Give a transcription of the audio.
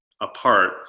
apart